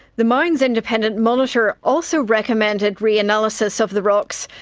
the mine's independent monitor also recommended re-analysis of the rocks,